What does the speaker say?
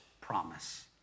promise